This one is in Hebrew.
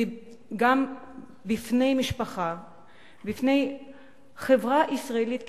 בבני-משפחתה ובחברה הישראלית ככלל,